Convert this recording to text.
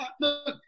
look